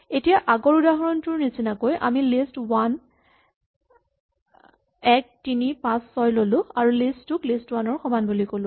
এতিয়া আগৰ উদাহৰণটোৰ নিচিনাকৈ আমি লিষ্ট ৱান ১ ৩ ৫ ৬ ল'লো লিষ্ট টু ক লিষ্ট ৱান ৰ সমান বুলি ক'লো